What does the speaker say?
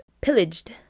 pillaged